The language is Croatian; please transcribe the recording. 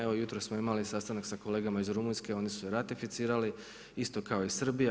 Evo jutros smo imali sastanak sa kolegama iz Rumunjske, oni su ratificirali isto kao i Srbija.